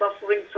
suffering